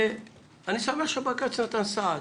ואני שמח שבג"ץ נתן סעד.